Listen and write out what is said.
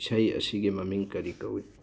ꯏꯁꯩ ꯑꯁꯤꯒꯤ ꯃꯃꯤꯡ ꯀꯔꯤ ꯀꯧꯏ